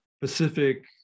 Pacific